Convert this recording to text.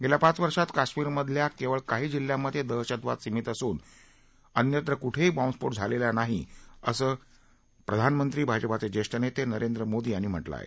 गेल्या पाच वर्षात कश्मीरमधल्या केवळ काही जिल्ह्यांमधे दहशतवाद सीमित असून अन्यत्र कुठेही बॉंम्ब स्फोट झालेला नाही असं प्रधानमंत्री भाजपाचे ज्येष्ठ नेते नरेंद्र मोदी यांनी म्हटलं आहे